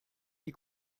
die